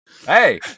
Hey